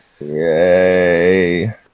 Yay